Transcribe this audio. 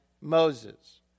Moses